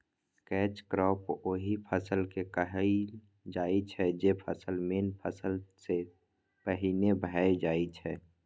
catch crop ओहि फसल केँ कहल जाइ छै जे फसल मेन फसल सँ पहिने भए जाइ छै